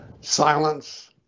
silence